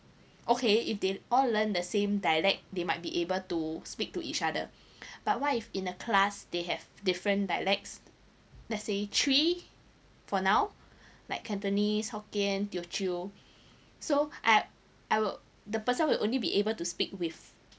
okay if they all learn the same dialect they might be able to speak to each other but what if in a class they have different dialects let's say three for now like cantonese hokkien teochew so I I will the person will only be able to speak with